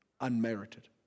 Unmerited